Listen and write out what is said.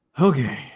Okay